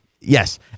Yes